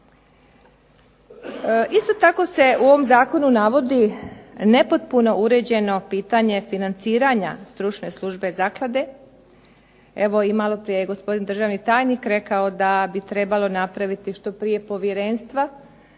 Isto tako u ovom zakonu se navodi nepotpuno uređeno pitanje financiranja stručne službe zaklade. Evo i malo prije je gospodin državni tajnik rekao da bi trebalo napraviti što prije povjerenstva,